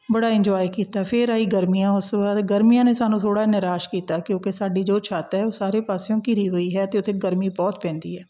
ਬੜਾ ਇੰਜੋਏ ਕੀਤਾ ਫਿਰ ਆਈ ਗਰਮੀਆਂ ਉਸ ਤੋਂ ਬਾਅਦ ਗਰਮੀਆਂ ਨੇ ਸਾਨੂੰ ਥੋੜ੍ਹਾ ਨਿਰਾਸ਼ ਕੀਤਾ ਕਿਉਂਕਿ ਸਾਡੀ ਜੋ ਛੱਤ ਹੈ ਉਹ ਸਾਰੇ ਪਾਸਿਓਂ ਘਿਰੀ ਹੋਈ ਹੈ ਅਤੇ ਉੱਥੇ ਗਰਮੀ ਬਹੁਤ ਪੈਂਦੀ ਹੈ